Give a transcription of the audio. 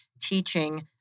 teaching